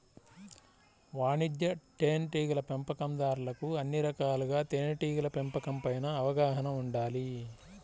వాణిజ్య తేనెటీగల పెంపకందారులకు అన్ని రకాలుగా తేనెటీగల పెంపకం పైన అవగాహన ఉండాలి